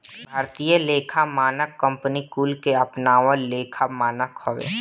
भारतीय लेखा मानक कंपनी कुल के अपनावल लेखा मानक हवे